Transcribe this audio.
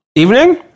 evening